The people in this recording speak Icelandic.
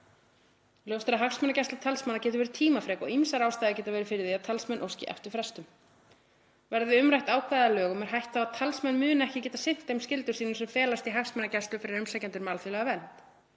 Ljóst er að hagsmunagæsla talsmanna getur verið tímafrek og ýmsar ástæður geta verið fyrir því að talsmenn óski eftir frestum. Verði umrætt ákvæði að lögum er hætta á að talsmenn muni ekki geta sinnt þeim skyldum sem felast í hagsmunagæslu fyrir umsækjendur um alþjóðlega vernd.